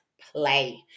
play